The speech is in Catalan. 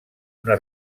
una